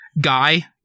guy